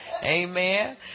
amen